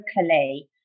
locally